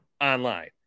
online